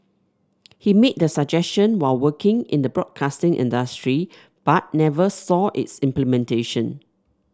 he made the suggestion while working in the broadcasting industry but never saw its implementation